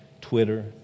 Twitter